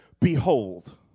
Behold